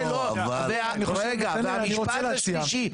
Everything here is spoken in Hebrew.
והמשפט השלישי,